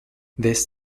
this